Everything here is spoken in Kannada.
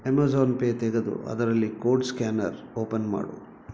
ಅಮೇಜಾನ್ ಪೇ ತೆಗೆದು ಅದರಲ್ಲಿ ಕೋಡ್ ಸ್ಕ್ಯಾನರ್ ಓಪನ್ ಮಾಡು